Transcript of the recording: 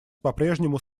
попрежнему